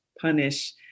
punish